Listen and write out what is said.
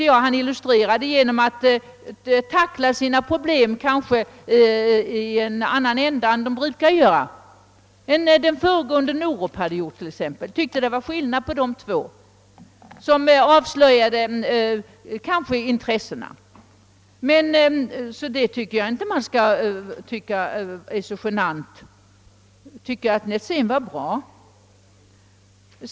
Jordbruksministern tacklade sina problem från annat håll än hans företrädare brukat göra, än t.ex. herr Norup. Det var skillnad på jordbruksministrarna Norups och Netzéns sätt att tackla miljöproblemen, en skillnad som avslöjade olika intressen. Jag tycker för min del att herr Netzén var bra.